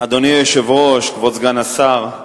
אדוני היושב-ראש, כבוד סגן השר,